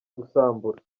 gusambura